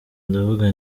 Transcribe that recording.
ndavuga